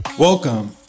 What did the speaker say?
Welcome